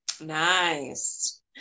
Nice